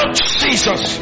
Jesus